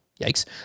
Yikes